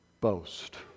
boast